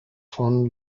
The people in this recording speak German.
von